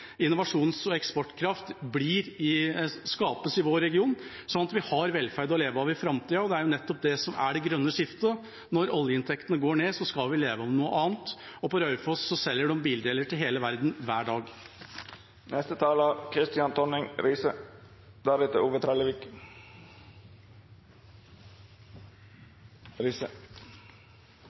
innovasjons- og eksportkraft skapes i vår region, sånn at vi har velferd å leve av i framtida. Det er nettopp det som er det grønne skiftet – når oljeinntektene går ned, skal vi leve av noe annet. På Raufoss selger de bildeler til hele verden hver